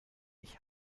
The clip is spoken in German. ich